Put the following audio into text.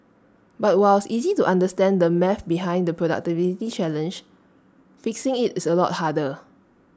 but while is easy to understand the maths behind the productivity challenge fixing IT is A lot harder